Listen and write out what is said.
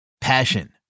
Passion